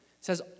says